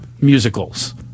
musicals